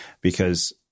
because-